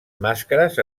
màscares